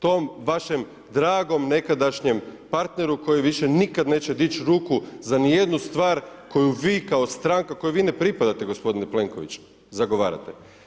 To vašem dragom nekadašnjem partneru, koji više nikada neće dići ruku, za ni jednu stvar, koju vi kao stranka, koju vi ne pripadate g. Plenković zagovarate.